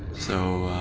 so,